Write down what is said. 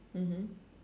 mmhmm